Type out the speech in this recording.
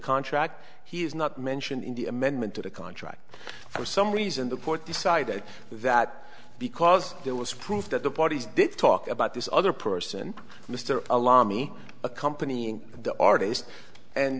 contract he is not mentioned in the amendment to the contract for some reason the court decided that because there was proof that the parties did talk about this other person mr allow me accompanying the artist and